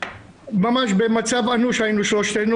שלושתנו היינו במצב אנוש.